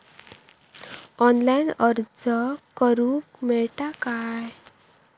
Online अर्ज करूक मेलता काय?